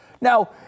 Now